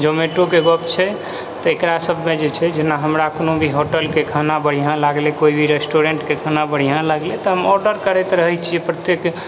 जोमैटोके गप छै तऽ एकरा सभमे जे छै जेना हमरा कोनो भी होटलके खाना बढ़िआँ लागलै कोई भी रेस्टोरेन्टके खाना बढ़िआँ लागलै तऽ हम ऑर्डर करैत रहै छियै प्रत्येक